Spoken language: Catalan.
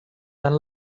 tant